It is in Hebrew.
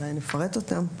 אולי נפרט אותם.